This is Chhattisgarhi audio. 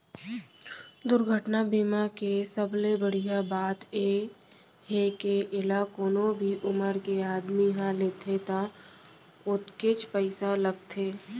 दुरघटना बीमा के सबले बड़िहा बात ए हे के एला कोनो भी उमर के आदमी ह लेथे त ओतकेच पइसा लागथे